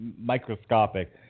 microscopic